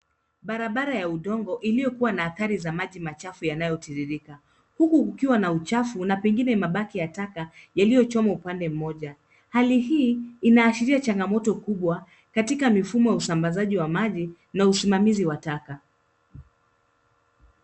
Barabara ya udongo iliyokuwa na athari ya maji machafu yanayotiririka huku kukiwa na uchafu na pengine mabaki ya taka yaliyochomwa upande mmoja. Hali hii inaashiria changamoto kubwa katika mifumo wa usambazaji wa maji ja usimamizi wa taka.